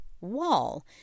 wall